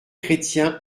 chrétien